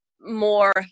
more